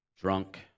drunk